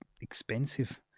expensive